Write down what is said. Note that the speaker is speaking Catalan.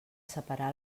separar